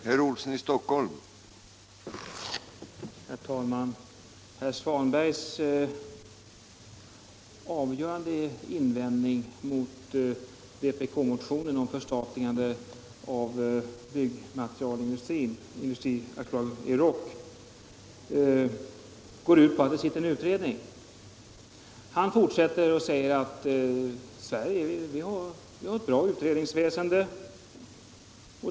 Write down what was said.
Herr talman! Herr Svanbergs avgörande invändning mot vpk-motionen om förstatligandet av Industri AB Euroc går ut på att en utredning pågår. Han fortsätter med att säga att vi i Sverige har ett bra utredningsväsende.